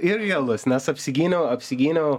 irgi alus nes apsigyniau apsigyniau